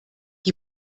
die